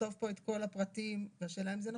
ולכתוב פה את כל הפרטים והשאלה אם זה נכון.